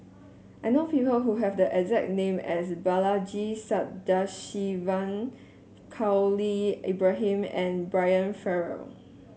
I know people who have the exact name as Balaji Sadasivan Khalil Ibrahim and Brian Farrell